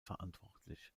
verantwortlich